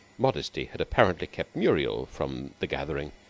modesty had apparently kept muriel from the gathering,